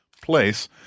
place